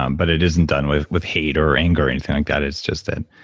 um but it isn't done with with hate or anger or anything like that, it's just that.